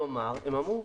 כלומר, הם אומרים: